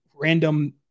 random